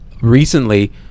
recently